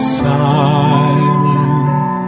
silent